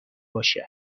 باشد